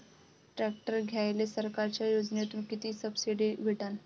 Tractor घ्यायले सरकारच्या योजनेतून किती सबसिडी भेटन?